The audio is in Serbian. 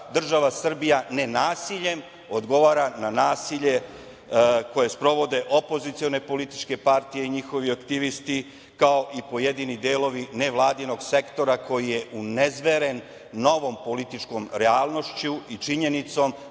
država Srbija nenasiljem odgovara na nasilje koje sprovode opozicione političke partije i njihovi aktivisti, kao i pojedini delovi nevladinog sektora koji je unezveren novom političkom realnošću i činjenicom